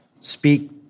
speak